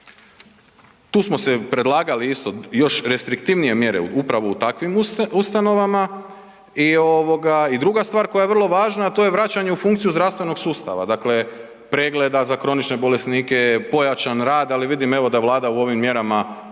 tu smo se predlagali isto još restriktivnije mjere upravo u takvim ustanovama i ovoga, druga stvar koja je vrlo važna, a to je vraćanje u funkciju zdravstvenog sustava. Dakle, pregleda za kronične bolesnike, pojačan rad, ali vidim evo da Vlada u ovim mjerama to